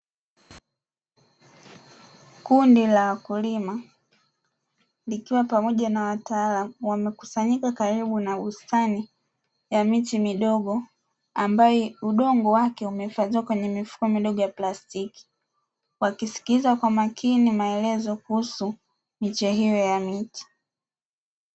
Kundi la wakulima likiwa pamoja na wataalamu, wamekusanyika karibu na bustani ya miche midogo ambayo udongo wake umehifadhiwa kwenye mifuko midogo ya plastiki. Wakiskiliza kwa makini maelezo kuhusu miche hiyo ya miti.